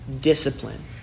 discipline